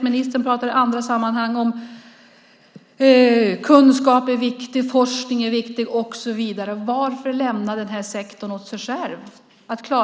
Ministern pratar i andra sammanhang om att kunskap, forskning och så vidare är viktigt. Varför lämnar man den här sektorn åt sig själv?